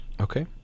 Okay